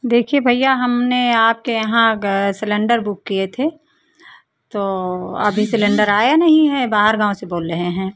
देखिए भैया हमने आपके यहाँ सिलेंडर बुक किए थे तो अभी सिलेंडर आया नहीं है बाहर गाँव से बोल रहे हैं